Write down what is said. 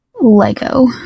Lego